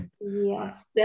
Yes